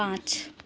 पाँच